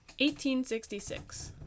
1866